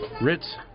Ritz